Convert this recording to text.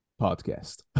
podcast